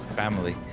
family